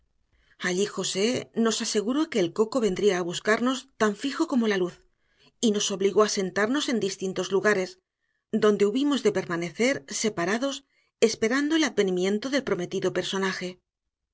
allí josé nos aseguró que el coco vendría a buscarnos tan fijo como la luz y nos obligó a sentarnos en distintos lugares donde hubimos de permanecer separados esperando el advenimiento del prometido personaje